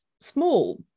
small